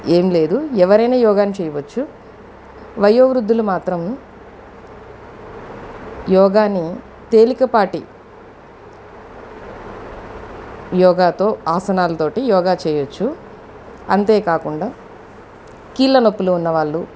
ఏం లేదు ఎవరైనా యోగాని చేయవచ్చు వయో వృద్ధులు మాత్రం యోగాని తేలిక పాటి యోగాతో ఆసనాలతో యోగా చేయచ్చు అంతే కాకుండా కీళ్ళ నొప్పులు ఉన్న వాళ్ళు